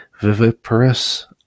viviparous